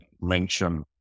mention